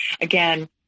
again